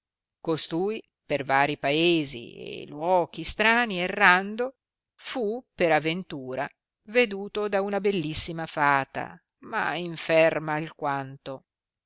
costui per vari paesi e luochi strani errando fu per aventura veduto da una bellissima fata ma inferma alquanto